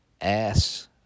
ass